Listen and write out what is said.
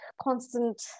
constant